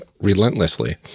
relentlessly